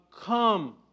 come